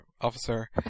Officer